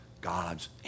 God's